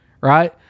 right